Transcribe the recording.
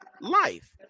life